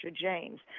James